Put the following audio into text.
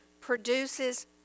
produces